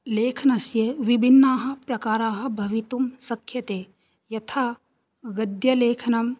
लेखनस्य विभिन्नाः प्रकाराः भवितुं शक्यन्ते यथा गद्यलेखनम्